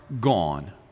gone